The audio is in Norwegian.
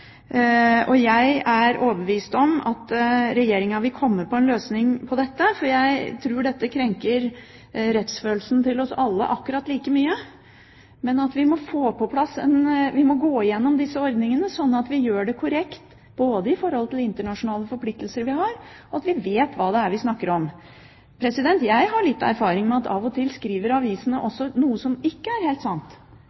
Jeg er overbevist om at Regjeringen vil komme med en løsning på dette, for jeg tror dette krenker rettsfølelsen hos oss alle akkurat like mye. Men vi må gå igjennom disse ordningene sånn at vi gjør det korrekt, både i forhold til internasjonale forpliktelser og slik at vi vet hva vi snakker om. Jeg har erfaring med at avisene av og til skriver